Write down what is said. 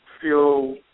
feel